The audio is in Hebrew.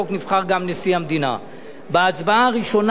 בהצבעה הראשונה מצביעים על כל המועמדים.